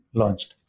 launched